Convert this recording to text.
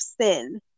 sin